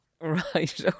Right